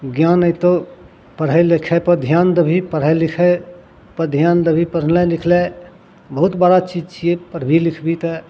ज्ञान अएतौ पढ़ै लिखैपर धिआन देबही पढ़ै लिखैपर धिआन देबही पढ़नाइ लिखनाइ बहुत बड़ा चीज छिए पढ़बही लिखबही तऽ